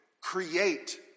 create